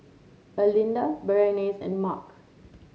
Erlinda Berenice and Mark